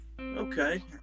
Okay